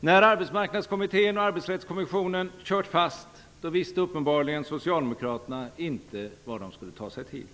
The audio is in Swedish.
När Arbetsmarknadskommittén och Arbetsrättskommissionen kört fast visste uppenbarligen Socialdemokraterna inte vad de skulle ta sig till.